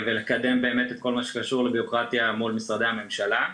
ולקדם את כל מה שקשור לבירוקרטיה מול משרדי הממשלה.